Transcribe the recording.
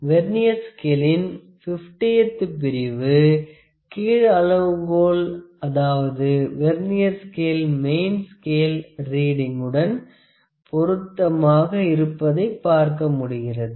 vernier ஸ்கேளின் 50 த்து பிரிவு கீழ் அளவு கோல் அதாவது வெர்னியர் ஸ்கேள் மெயின் ஸ்கேள் ரீடிங்குடன் பொருத்தமாக இருப்பதை பார்க்க முடிகிறது